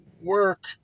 work